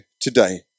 today